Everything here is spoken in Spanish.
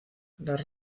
las